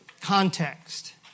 context